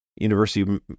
university